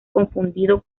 confundido